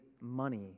money